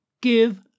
give